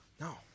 No